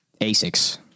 Asics